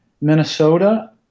Minnesota